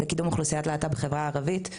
שהולך להתעסק בקידום אוכלוסיית להט״ב בחברה הערבית.